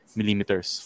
millimeters